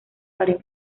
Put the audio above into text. varió